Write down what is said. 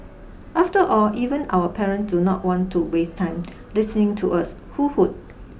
after all even our parents do not want to waste time listening to us who would